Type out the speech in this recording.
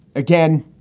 again,